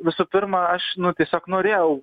visų pirma aš nu tiesiog norėjau